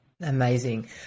Amazing